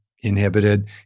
inhibited